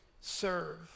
serve